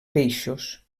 peixos